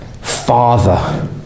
father